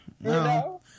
No